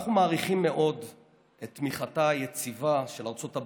אנחנו מעריכים מאוד את תמיכתה היציבה של ארצות הברית,